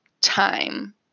time